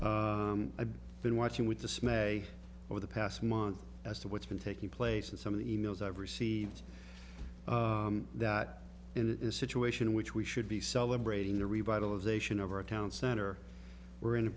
point i've been watching with dismay over the past month as to what's been taking place and some of the emails i've received that in a situation in which we should be celebrating the revitalization of our town center we're in a